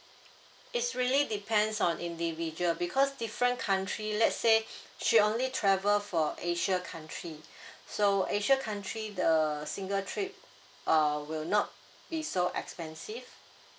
it's really depends on individual because different country let's say she only travel for asia country so asia country the single trip err will not be so expensive